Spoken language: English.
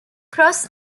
cross